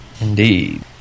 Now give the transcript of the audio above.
Indeed